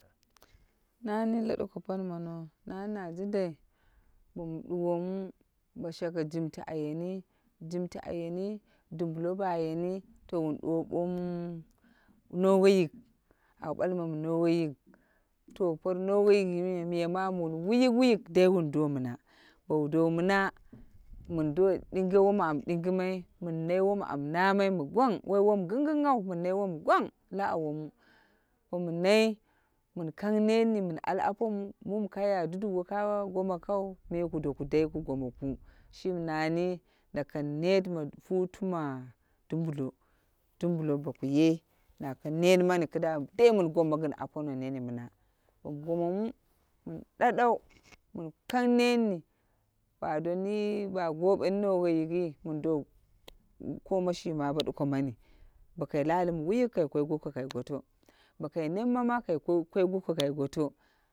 Na ni la duko lapani mono nani na jindai bo mu duwomu bo shaka jimti bo yeni, jinti bo yeni dumbulo bo yeni to wun duwowu bomu nowe yik au balmai mi nowe yik to por noweyik me miya mu wun wuyuk wuyuk dai wun do mɨna. Bou dowu mina min ɗinge wom am ɗingimai min nai wom am namai mɨ gwang woi wom ginginghau min nai wom gwang la awomu bomo nai min kang net ni min al apomu, mu mi ka ya duduk woka gomakau me ku do doku dai ku gomoku. Shimi nanu na kang net ma hutu ma dumbulo dumbulo boku ye na kang net mani kidawa min gomma yin apono nene mina bom gomomu min dadau min kang net ni ba doni ba goweni noweyikyi min do kowa shi ma bo duko mani bo kai lali mi wuyuk kai koi goko kai goto bo kai nemma ma ka kei goko kai goto.